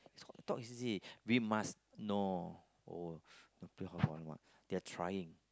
it's called talk is easy we must know oh they play football one oh they are trying